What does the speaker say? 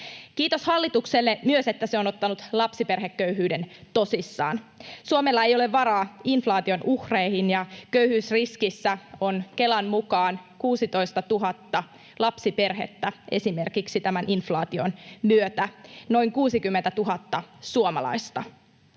Kiitos hallitukselle myös, että se on ottanut lapsiperheköyhyyden tosissaan. Suomella ei ole varaa inflaation uhreihin. Köyhyysriskissä on Kelan mukaan 16 000 lapsiperhettä esimerkiksi inflaation myötä — noin 60 000 suomalaista.